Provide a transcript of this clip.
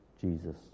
Jesus